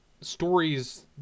stories